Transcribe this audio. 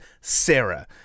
Sarah